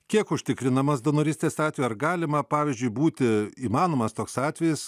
kiek užtikrinamas donorystės atveju ar galima pavyzdžiui būti įmanomas toks atvejis